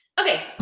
Okay